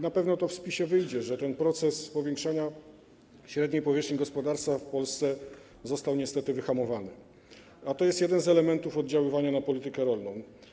Na pewno to w spisie wyjdzie, że proces powiększania średniej powierzchni gospodarstwa w Polsce został niestety wyhamowany, a to jest jeden z elementów oddziaływania na politykę rolną.